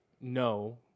No